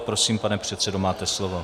Prosím, pane předsedo, máte slovo.